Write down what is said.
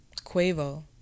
Quavo